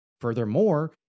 Furthermore